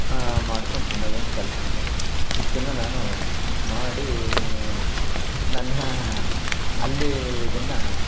ಮಾಡಿಕೊಂಡು ತಿನ್ನೋದೊಂದು ಕಲ್ತ್ಕೊಂಡೆ ಇಷ್ಟನ್ನು ನಾನು ಮಾಡಿ ನನ್ನ ಅಲ್ಲಿ ಇದನ್ನು